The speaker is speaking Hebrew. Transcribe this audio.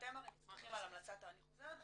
אתם הרי נסמכים על המלצת --- אני חוזרת,